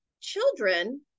children